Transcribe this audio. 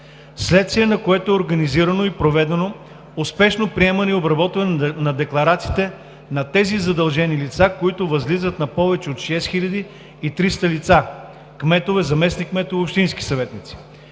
вследствие на което е организирано и проведено успешно приемане и обработване на декларациите на тези задължени лица, които възлизат на повече от 6300 лица – кметове, заместник-кметове, общински съветници.